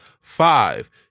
Five